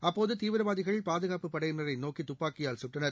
அப்போது தீவிரவாதிகள் பாதுகாப்பு படையினரை நோக்கி துப்பாக்கியால் சுட்டனர்